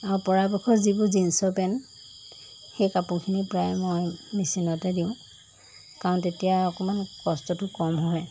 আৰু পৰা পক্ষত যিবোৰ জিন্সৰ পেণ্ট সেই কাপোৰখিনি প্ৰায় মই মেচিনতে দিওঁ কাৰণ তেতিয়া অকণমান কষ্টটো কম হয়